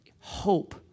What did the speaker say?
hope